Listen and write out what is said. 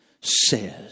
says